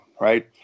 Right